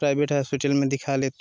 private hospital में दिखा लें